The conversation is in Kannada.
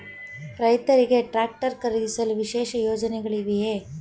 ರೈತರಿಗೆ ಟ್ರಾಕ್ಟರ್ ಖರೀದಿಸಲು ವಿಶೇಷ ಯೋಜನೆಗಳಿವೆಯೇ?